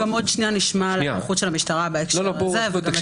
עוד מעט נשמע על ההתמחות של המשטרה בנושא הזה וגם